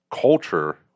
culture